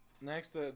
next